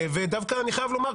ודווקא אני חייב לומר,